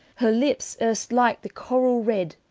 her lippes, erst like the corall redde,